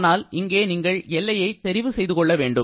ஆனால் இங்கே நீங்கள் எல்லையை தெரிவு செய்து கொள்ள வேண்டும்